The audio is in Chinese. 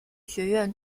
学院